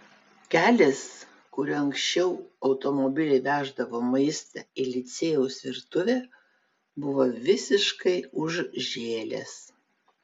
kelias kuriuo anksčiau automobiliai veždavo maistą į licėjaus virtuvę buvo visiškai užžėlęs